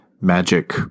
magic